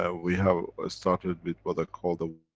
ah we have started with what i call the